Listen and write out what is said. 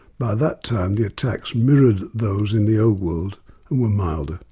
by that time the attacks mirrored those in the old world and were milder.